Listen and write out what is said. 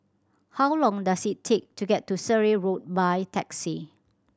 how long does it take to get to Surrey Road by taxi